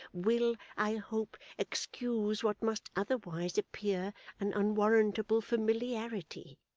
will, i hope, excuse what must otherwise appear an unwarrantable familiarity